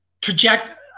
project